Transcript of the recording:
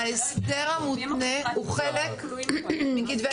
ההסדר המותנה הוא חלק מכתבי האישום.